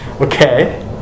Okay